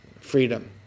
freedom